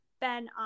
Ben